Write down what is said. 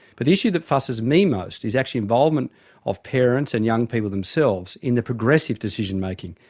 but the issue that fusses me most is actually involvement of parents and young people themselves in the progressive decision-making.